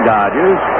Dodgers